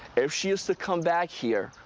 if she is to come back here,